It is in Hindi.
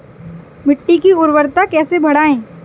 मिट्टी की उर्वरता कैसे बढ़ाएँ?